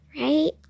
right